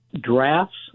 drafts